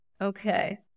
okay